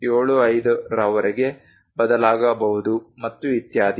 75 ರವರೆಗೆ ಬದಲಾಗಬಹುದು ಮತ್ತು ಇತ್ಯಾದಿ